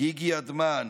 גיגי עדמאן,